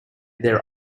their